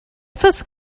first